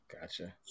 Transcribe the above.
Gotcha